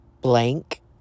blank